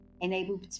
enable